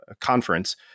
conference